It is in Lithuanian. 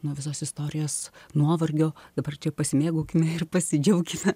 nuo visos istorijos nuovargio dabar pasimėgaukime ir pasidžiaukime